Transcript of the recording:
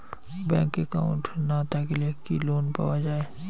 Bank account না থাকিলে কি লোন পাওয়া য়ায়?